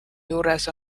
juures